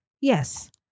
Yes